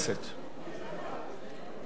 רותם, בבקשה.